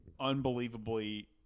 unbelievably